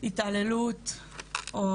התעללות או